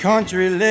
Country